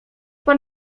pan